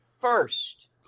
first